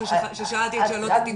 כששאלתי את שאלות התגבור.